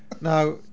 Now